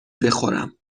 بخورم